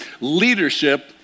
Leadership